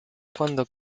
cuando